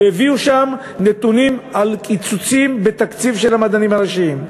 והביאו שם נתונים על קיצוצים בתקציב של המדענים הראשיים.